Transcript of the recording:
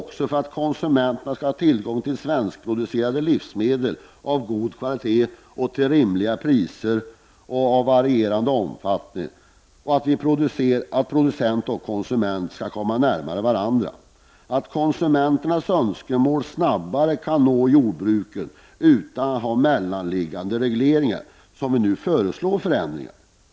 Det är för att konsumenterna skall ha tillgång till svenskproducerade livsmedel av god kvalitet, till rimliga priser och av varierande omfattning, för att producent och konsument skall komma närmare varandra samt för att konsumenternas önskemål snabbare skall kunna nå jordbruket utan mellanliggande regleringar som vi nu föreslår förändringar.